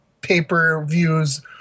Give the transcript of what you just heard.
pay-per-views